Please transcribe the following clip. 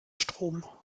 strom